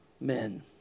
men